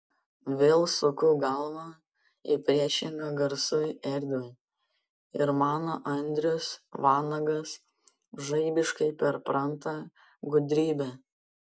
vėl suku galvą į priešingą garsui erdvę ir mano andrius vanagas žaibiškai perpranta gudrybę